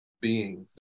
beings